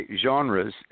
genres